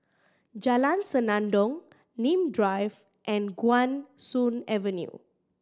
Jalan Senandong Nim Drive and Guan Soon Avenue